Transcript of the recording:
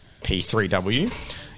P3W